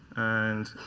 and